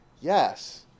yes